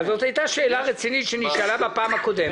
זאת הייתה שאלה רצינית שנשאלה בישיבה הקודמת,